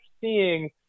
seeing